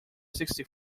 sixty